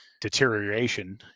deterioration